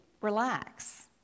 Relax